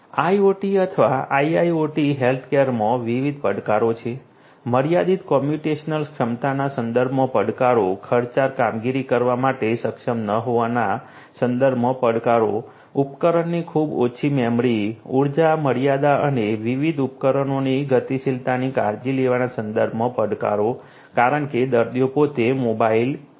IoT અથવા IIoT હેલ્થકેરમાં વિવિધ પડકારો છે મર્યાદિત કોમ્પ્યુટેશનલ ક્ષમતાના સંદર્ભમાં પડકારો ખર્ચાળ કામગીરી કરવા માટે સક્ષમ ન હોવાના સંદર્ભમાં પડકારો ઉપકરણની ખૂબ ઓછી મેમરી ઊર્જા મર્યાદા અને આ વિવિધ ઉપકરણોની ગતિશીલતાની કાળજી લેવાના સંદર્ભમાં પડકારો કારણ કે દર્દીઓ પોતે મોબાઇલ છે